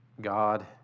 God